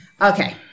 Okay